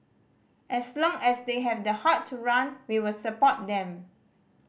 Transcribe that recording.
as long as they have the heart to run we will support them